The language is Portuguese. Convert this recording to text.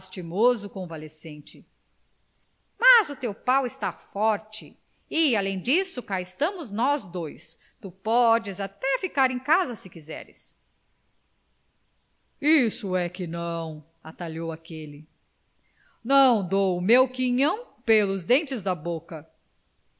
o convalescente mas o teu pau está forte e além disso cá estamos nós dois tu podes até ficar em casa se quiseres isso é que não atalhou aquele não dou o meu quinhão pelos dentes da boca